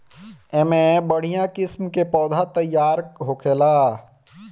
एमे बढ़िया किस्म के पौधा तईयार होखेला